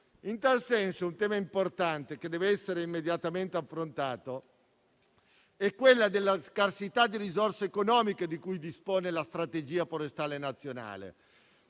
In tal senso, un tema importante che deve essere immediatamente affrontato è la scarsità di risorse economiche di cui dispone la strategia forestale nazionale.